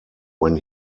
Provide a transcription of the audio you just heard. when